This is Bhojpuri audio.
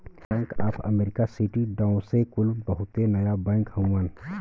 bank of America, Citi, Deutsche कुल बहुते नया बैंक हउवन